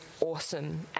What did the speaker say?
awesome